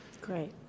Great